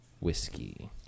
Whiskey